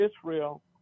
Israel